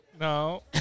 no